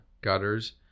gutters